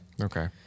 Okay